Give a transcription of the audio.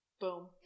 Boom